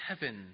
heaven